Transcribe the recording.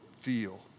feel